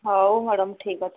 ହଉ ମ୍ୟାଡମ୍ ଠିକ୍ ଅଛି